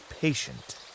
patient